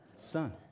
Son